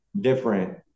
different